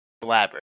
Blabber